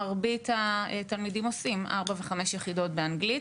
מרבית התלמידים עושים ארבע וחמש יחידות באנגלית.